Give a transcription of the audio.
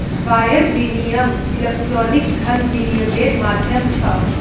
wire विनियम electronic धन विनियम्मेर माध्यम छ